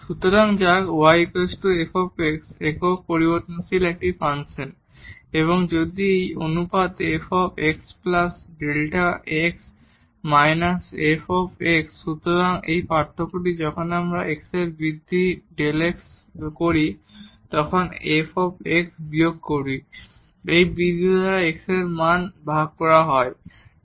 সুতরাং ধরা যাক y f হল একটি একক পরিবর্তনশীল ফাংশন এবং যদি এই অনুপাত হবে f xΔ x−f সুতরাং এই পার্থক্যটি যখন আমরা x এ একটি বৃদ্ধি Δ x করি এবং f বিয়োগ করি তখন এই বৃদ্ধি x এর মান দ্বারা ভাগ করা যায়